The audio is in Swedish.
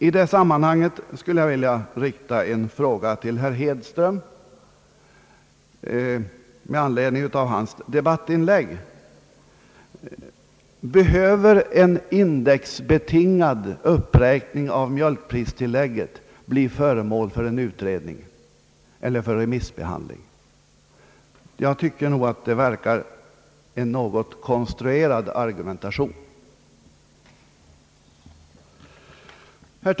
I detta sammanhang skulle jag vilja rikta en fråga till herr Hedström med anledning av hans debattinlägg: Behöver en indexbetingad uppräkning av mjölkpristillägget bli föremål för utredning eller för remissbehandling? Nog förefaller det vara en något konstruerad argumentation.